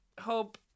hope